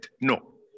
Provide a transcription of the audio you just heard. No